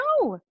No